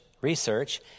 research